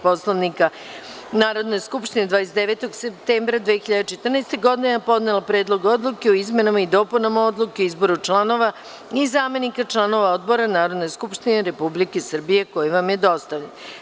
Poslovnika Narodne skupštine, 29. septembra 2014. godine, podnela Predlog odluke o izmenama i dopunama Odluke o izboru članova i zamenika članova odbora Narodne skupštine Republike Srbije, koji vam je dostavljen.